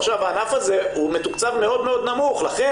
עכשיו הענף מתוקצב מאוד מאוד נמוך לכן